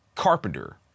carpenter